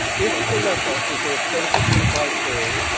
if the letter is authentically by paul,